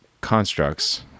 constructs